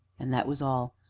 and that was all,